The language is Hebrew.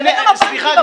סליחה.